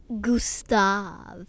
Gustav